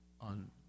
on